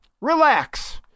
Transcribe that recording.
relax